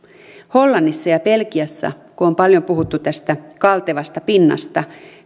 hollannissa ja belgiassa kun on paljon puhuttu tästä kaltevasta pinnasta